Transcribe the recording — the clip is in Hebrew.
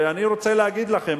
ואני רוצה להגיד לכם,